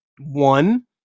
one